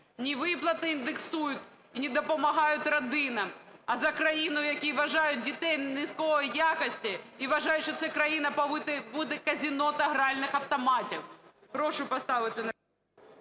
ні виплати індексують, ні допомагають родинам, а за країну, в якій вважають дітей низької якості і вважають, що це країна повинна бути казино та гральних автоматів.